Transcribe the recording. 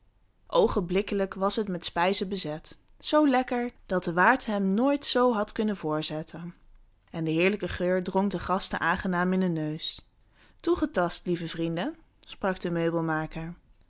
oogenblikkelijk was het met spijzen bezet zoo lekker dat de waard ze hem nooit zoo had kunnen voorzetten en de heerlijke geur drong de gasten aangenaam in den neus toegetast lieve vrienden sprak de meubelmaker